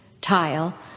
tile